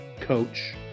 coach